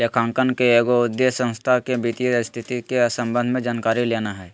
लेखांकन के एगो उद्देश्य संस्था के वित्तीय स्थिति के संबंध में जानकारी लेना हइ